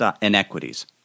inequities